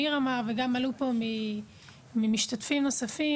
וגם שעלו פה ממשתתפים נוספים,